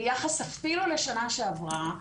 ביחס אפילו לשנה שעברה,